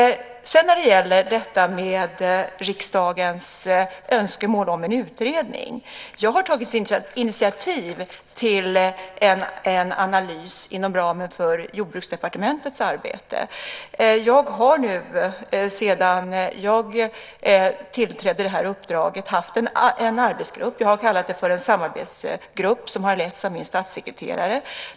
Sedan gällde det riksdagens önskemål om en utredning. Jag har tagit initiativ till en analys inom ramen för Jordbruksdepartementets arbete. Sedan jag tillträdde det här uppdraget har jag haft en arbetsgrupp som jag har kallat för en samarbetsgrupp. Den har letts av min statssekreterare.